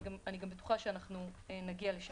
אני בטוחה שנגיע לשם.